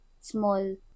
small